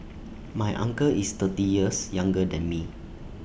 my uncle is thirty years younger than me